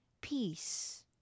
peace